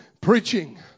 preaching